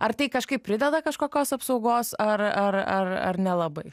ar tai kažkaip prideda kažkokios apsaugos ar ar nelabai